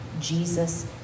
Jesus